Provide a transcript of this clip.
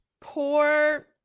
poor